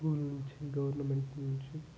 school నుంచి government నుంచి